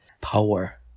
power